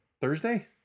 Thursday